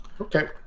Okay